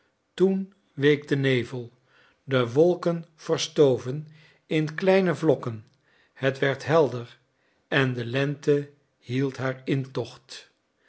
toen week de nevel de wolken verstoven in kleine vlokken het werd helder en de lente hield haar intocht